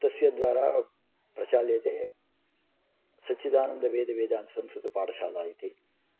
तस्य द्वारा प्रचाल्यते सच्चिदानन्दवेदवेदान्त संस्कृतपाठशाला इति